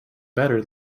better